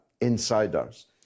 insiders